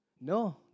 No